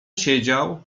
siedział